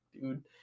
dude